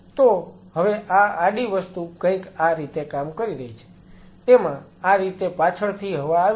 તો હવે આ આડી વસ્તુ કંઈક આ રીતે કામ કરી રહી છે તેમાં આ રીતે પાછળથી હવા આવી રહી છે